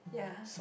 yeah